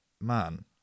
man